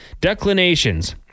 Declinations